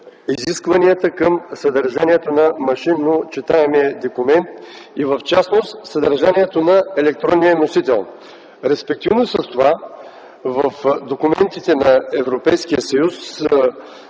изискванията към съдържанието на машиночитаемия документ, и в частност съдържанието на електронния носител. В документите на Европейския съюз,